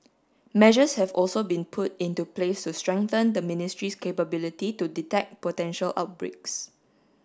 measures have also been put into place to strengthen the ministry's capability to detect potential outbreaks